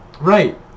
right